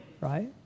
right